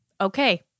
okay